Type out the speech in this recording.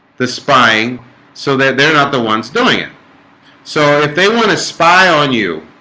the spying so that they're not the ones doing it so if they want to spy on you